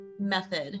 method